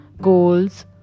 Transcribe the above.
goals